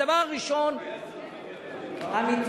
הדבר הראשון, המתווה,